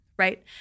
right